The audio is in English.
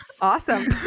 awesome